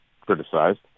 criticized